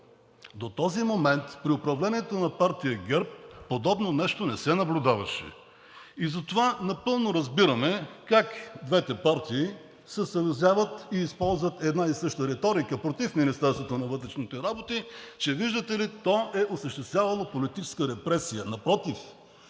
До този момент при управлението на партия ГЕРБ подобно нещо не се наблюдаваше и затова напълно разбираме как двете партии се съюзяват, използват една и съща риторика против Министерството на вътрешните работи, че виждате ли, е осъществявало политическа репресия. Напротив,